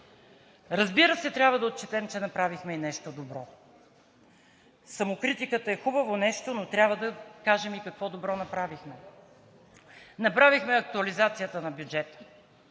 Разбира се, трябва да отчетем, че направихме и нещо добро. Самокритиката е хубаво нещо, но трябва да кажем и какво добро направихме. Направихме актуализацията на бюджета.